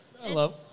Hello